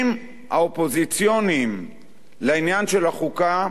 ו-90% מהגורמים האופוזיציוניים לעניין של החוקה היו